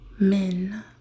Men